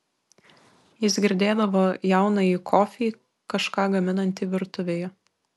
jis girdėdavo jaunąjį kofį kažką gaminantį virtuvėje